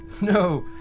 No